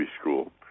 school